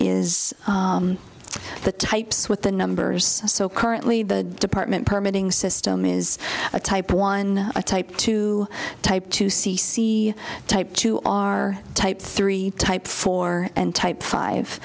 is the types with the numbers so currently the department permitting system is a type one a type two type two c c type two are type three type four and type five